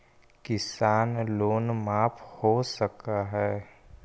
किसान लोन माफ हो सक है?